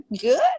good